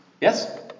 Yes